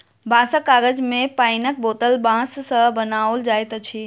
बाँसक काज मे पाइनक बोतल बाँस सॅ बनाओल जाइत अछि